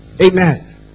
Amen